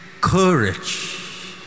courage